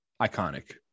iconic